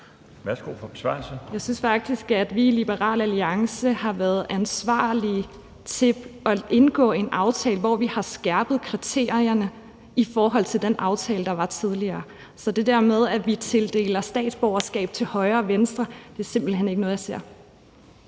Elisabeth Skalvig (LA): Jeg synes faktisk, at vi i Liberal Alliance har været så ansvarlige at indgå en aftale, hvor vi har skærpet kriterierne set i forhold til den aftale, der var tidligere. Så det der med, at vi uddeler statsborgerskab til højre og venstre, er simpelt hen ikke noget, jeg ser.